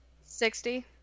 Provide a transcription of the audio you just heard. Sixty